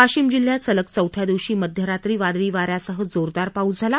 वाशीम जिल्ह्यात सलग चौथ्या दिवशी मध्यरात्री वादळी वाऱ्यासह जोरदार पाऊस झाला